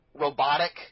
robotic